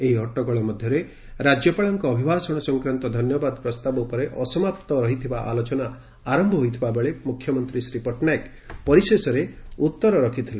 ଏହି ହଟ୍ଟଗୋଳ ମଧ୍ଧରେ ରାଜ୍ୟପାଳଙ୍କ ଅଭିଭାଷଣ ସଂକ୍ରାନ୍ନ ଧନ୍ୟବାଦ ପ୍ରସ୍ତାବ ଉପରେ ଅସମାପ୍ତ ରହିଥିବା ଆଲୋଚନା ଆର ମୁଖ୍ୟମନ୍ତୀ ଶ୍ରୀ ପଟ୍ଟନାୟକ ପରିଶେଷରେ ଉତ୍ତର ରଖିଥିଲେ